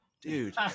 dude